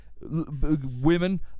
women